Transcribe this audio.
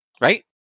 Right